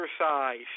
exercise